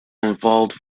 involved